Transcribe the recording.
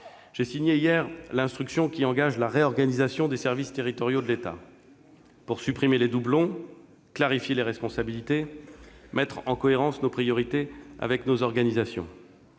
J'ai signé hier l'instruction qui engage la réorganisation des services territoriaux de l'État, pour supprimer les doublons, clarifier les responsabilités, mettre en cohérence nos priorités avec nos organisations